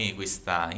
questa